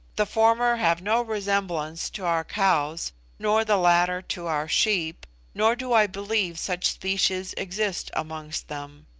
the former have no resemblance to our cows, nor the latter to our sheep, nor do i believe such species exist amongst them.